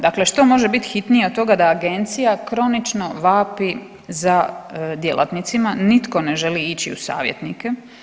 Dakle, što može biti hitnije od toga da agencija kronično vapi za djelatnicima, nitko ne želi ići u savjetnike.